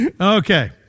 Okay